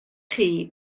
chi